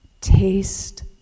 Taste